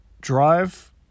drive